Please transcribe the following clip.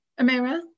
amira